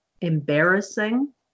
embarrassing